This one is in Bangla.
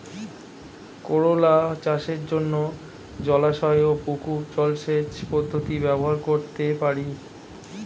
করোলা চাষের জন্য জলাশয় ও পুকুর জলসেচ পদ্ধতি ব্যবহার করতে পারি?